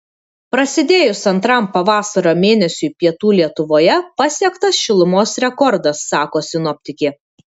prasidėjus antram pavasario mėnesiui pietų lietuvoje pasiektas šilumos rekordas sako sinoptikė